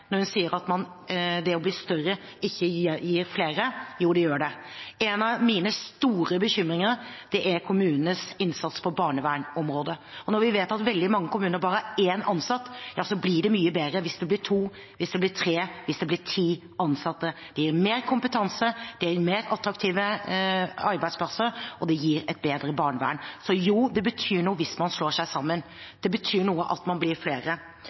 når hun sier at det å bli større ikke gir flere. Jo, det gjør det. En av mine store bekymringer er kommunenes innsats på barnevernsområdet. Når vi vet at veldig mange kommuner bare har én ansatt, blir det mye bedre hvis det blir to, hvis det blir tre, eller hvis det blir ti ansatte. Det gir mer kompetanse, det gir mer attraktive arbeidsplasser, og det gir et bedre barnevern. Så jo, det betyr noe hvis man slår seg sammen. Det betyr noe at man blir flere.